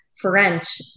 French